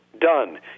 done